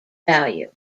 value